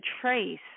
trace